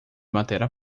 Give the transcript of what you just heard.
matéria